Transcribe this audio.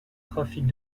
trafic